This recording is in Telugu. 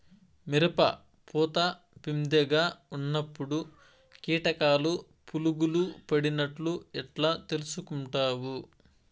మిరప పూత పిందె గా ఉన్నప్పుడు కీటకాలు పులుగులు పడినట్లు ఎట్లా తెలుసుకుంటావు?